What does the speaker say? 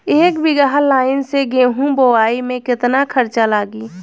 एक बीगहा लाईन से गेहूं बोआई में केतना खर्चा लागी?